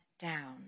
down